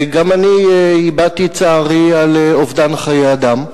גם אני הבעתי את צערי על אובדן חיי אדם.